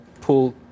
pull